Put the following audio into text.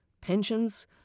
pensions